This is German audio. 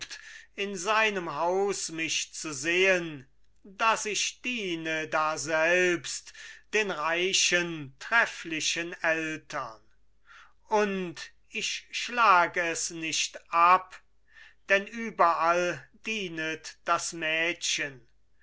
in seinem haus mich zu sehen daß ich diene daselbst den reichen trefflichen eltern und ich schlag es nicht ab denn überall dienet das mädchen